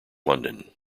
london